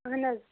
اہن حظ